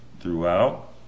throughout